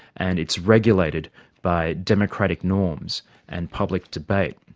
and it's regulated by democratic norms and public debate.